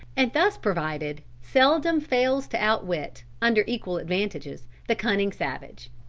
and thus provided seldom fails to outwit, under equal advantages, the cunning savage.